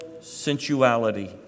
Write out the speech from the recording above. sensuality